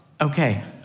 okay